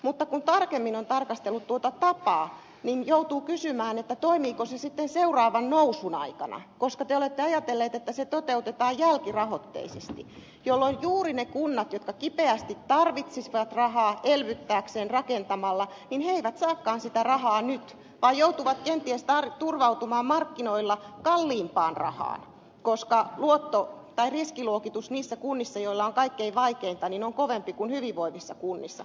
mutta kun tarkemmin on tarkastellut tuota tapaa joutuu kysymään toimiiko se sitten seuraavan nousun aikana koska te olette ajatelleet että se toteutetaan jälkirahoitteisesti jolloin juuri ne kunnat jotka kipeästi tarvitsisivat rahaa elvyttääkseen rakentamalla eivät saakaan sitä rahaa nyt vaan joutuvat kenties turvautumaan markkinoilla kalliimpaan rahaan koska riskiluokitus niissä kunnissa joilla on kaikkein vaikeinta on kovempi kuin hyvinvoivissa kunnissa